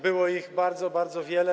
Było ich bardzo, bardzo wiele.